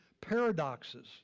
paradoxes